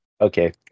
Okay